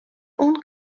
اون